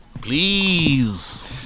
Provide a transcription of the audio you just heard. please